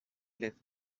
left